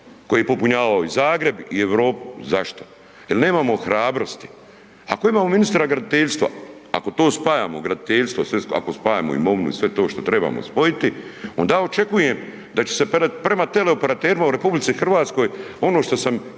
koji je popunjavao i Zagreb i Europu. Zašto? Jer nemamo hrabrosti. Ako imamo ministra graditeljstva, ako to spajamo graditeljstvo i sve, ako spajamo imovinu i sve to što trebamo spojiti, onda je očekujem da će se prema teleoperaterima u RH ono što sam